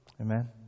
Amen